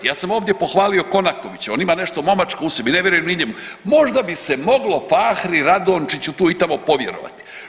Ja sam ovdje pohvalio Konatovića on ima nešto momačko u sebi, ne vjerujem ni njemu, možda bi se moglo Fahri Radončiću tu i tamo povjerovati.